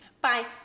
Bye